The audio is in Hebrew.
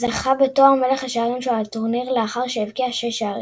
זכה בתואר מלך השערים של הטורניר לאחר שהבקיע 6 שערים.